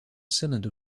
cylinder